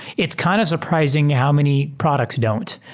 it's kind of surprising how many products don't.